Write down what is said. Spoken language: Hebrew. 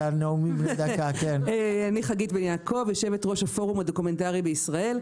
אני יושבת-ראש הפורום הדוקומנטרי בישראל.